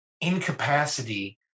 incapacity